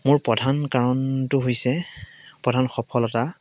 মোৰ প্ৰধান কাৰণটো হৈছে প্ৰধান সফলতা